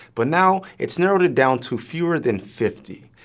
but now it's narrowed it down to fewer than fifty.